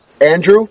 Andrew